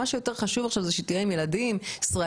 מה שיותר חשוב עכשיו זה להיות עם ילדים ישראלים,